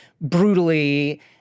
brutally